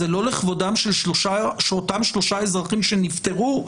זה לא לכבודם של שלושת הדיירים שנפטרו,